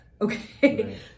okay